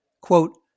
quote